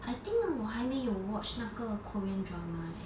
I think 我还没有 watch 那个 korean drama leh